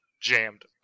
jammed